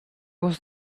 was